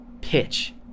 pitch